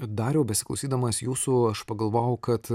dariau besiklausydamas jūsų aš pagalvojau kad